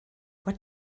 what